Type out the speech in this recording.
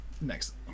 next